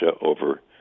over